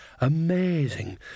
Amazing